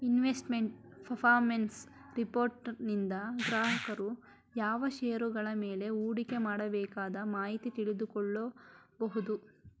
investment performance ರಿಪೋರ್ಟನಿಂದ ಗ್ರಾಹಕರು ಯಾವ ಶೇರುಗಳ ಮೇಲೆ ಹೂಡಿಕೆ ಮಾಡಬೇಕದ ಮಾಹಿತಿ ತಿಳಿದುಕೊಳ್ಳ ಕೊಬೋದು